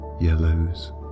yellows